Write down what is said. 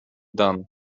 dan